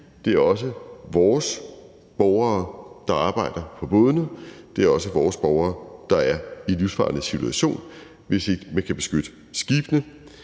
Det er også vores borgere, der arbejder på bådene. Det er også vores borgere, der er i livsfarlige situationer, hvis man ikke kan beskytte skibene.